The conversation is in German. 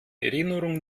erinnerung